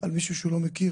על מישהו שהוא לא מכיר,